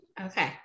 Okay